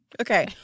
Okay